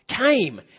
came